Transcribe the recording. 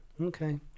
Okay